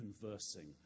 conversing